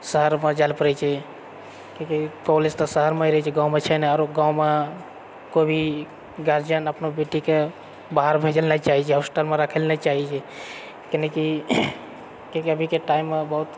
शहरमे जाए लऽ पड़ैत छै किआकि कॉलेज तऽ शहरमे ही रहैत छै गाँवमे छै नहि आरो गाँवमे कोइ भी गार्जियन अपना बेटीके बाहर भेजै लऽ नहि चाहैत छै होस्टलमे राखै लऽ नहि चाहैत छै कैलाकि अभीके टाइममे बहुत